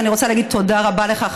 ואני רוצה להגיד תודה רבה לך,